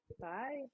Bye